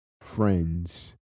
friends